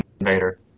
Invader